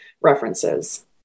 references